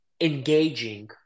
engaging